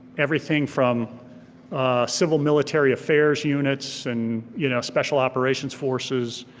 everything from civil military affairs units and you know special operations forces,